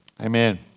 Amen